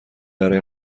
برای